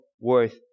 worth